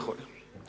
וכו'.